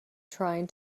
trying